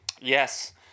Yes